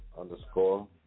underscore